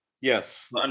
Yes